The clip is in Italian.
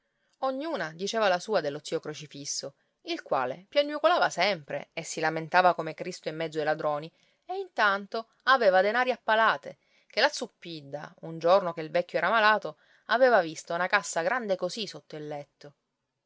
ognuna diceva la sua dello zio crocifisso il quale piagnucolava sempre e si lamentava come cristo in mezzo ai ladroni e intanto aveva denari a palate ché la zuppidda un giorno che il vecchio era malato aveva vista una cassa grande così sotto il letto